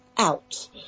Out